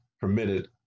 permitted